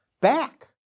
back